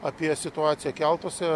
apie situaciją keltuose